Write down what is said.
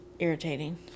irritating